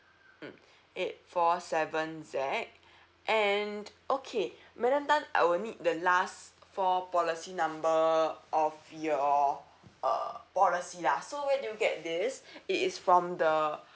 mm eight four seven Z and okay madam tan I will need the last four policy number of your uh policy lah so where do you get this it is from the